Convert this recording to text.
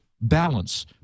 balance